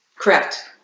Correct